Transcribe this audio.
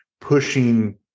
pushing